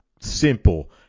simple